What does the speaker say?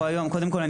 קודם כל,